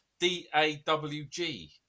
D-A-W-G